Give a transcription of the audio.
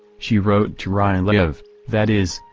she wrote to ryleyev, that is,